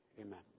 Amen